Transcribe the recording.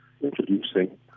introducing